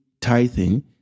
tithing